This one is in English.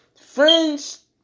friends